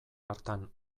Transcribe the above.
hartan